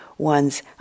one's